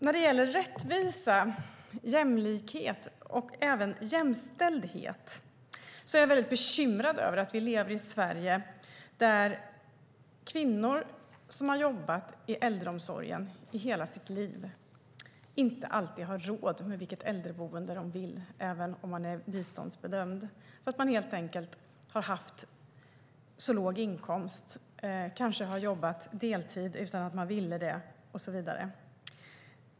När det gäller rättvisa, jämlikhet och även jämställdhet är jag bekymrad över att vi lever i ett Sverige där kvinnor som hela sitt liv har jobbat i äldreomsorgen inte alltid har råd med det äldreboende de vill ha, även om de är biståndsbedömda. De har helt enkelt haft för låg inkomst, kanske jobbat deltid utan att de velat det och så vidare.